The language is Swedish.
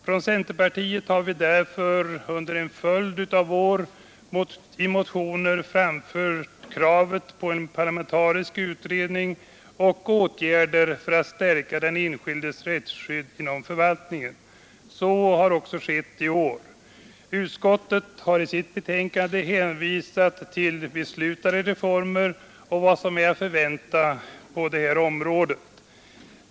Från centerpartiet har vi därför under en följd av år i motioner framfört kravet på en parlamentarisk utredning och åtgärder för att stärka den enskildes rättsskydd inom förvaltningen. Så har också skett i år. Utskottet har i sitt betänkande hänvisat till beslutade reformer och till vad som är att förvänta på detta område.